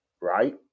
Right